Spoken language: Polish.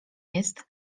jest